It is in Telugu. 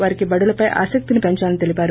వారికి బడులపై ఆసక్తిని పెంచాలని తెలిపారు